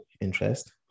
interest